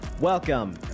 Welcome